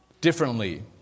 differently